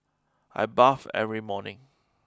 I bathe every morning